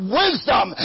wisdom